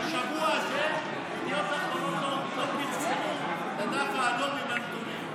בשבוע הזה ידיעות אחרונות לא פרסמו בדף האדום עם הנתונים.